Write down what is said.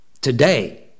today